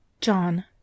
JOHN